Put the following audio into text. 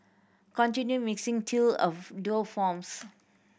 continue mixing till a dough forms